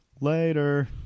Later